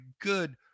good